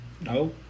No